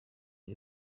iri